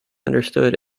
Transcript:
understood